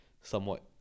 somewhat